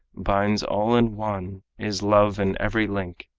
binds all in one, is love in every link,